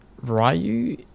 Ryu